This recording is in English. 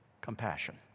compassion